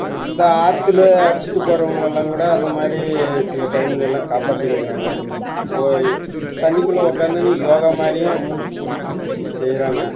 இந்த ஆற்றுல அடிச்சுட்டு போகிறவங்கள எல்லாம் கூட அந்த மாதிரி சில டைமில் எல்லாம் காப்பாத்திக்கின்னு இருக்கிறாங்க போய் தண்ணிக்குள்ளே உக்கார்ந்துக்கின்னு யோகா மாதிரியும் மூச்சு பிடிச்சு செய்கிறாங்க